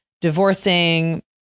divorcing